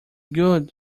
good